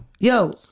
Yo